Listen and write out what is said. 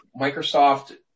Microsoft